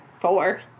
four